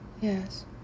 Yes